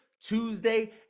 Tuesday